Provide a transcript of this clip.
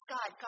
God